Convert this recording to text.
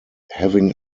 having